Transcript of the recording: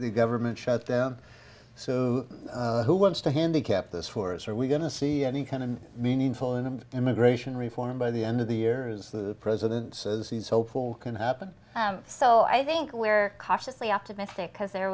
the government shutdown so who wants to handicap this for us are we going to see any kind of meaningful in an immigration reform by the end of the year as the president says he's hopeful can happen so i think we're cautiously optimistic because there